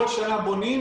כל שנה בונים,